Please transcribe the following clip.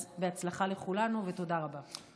אז בהצלחה לכולנו, ותודה רבה.